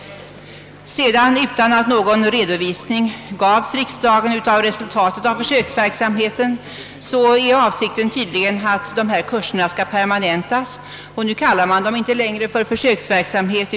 Trots att riksdagen inte har fått någon redovisning för resultatet av försöksverksamheten är avsikten nu tydligen att dessa kurser skall permanentas, och nu kallar man dem inte längre försöksverksamhet.